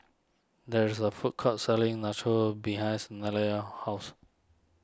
there is a food court selling Nachos behinds house